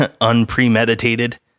unpremeditated